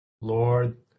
Lord